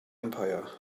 empire